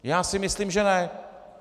Já si myslím, že ne.